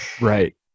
Right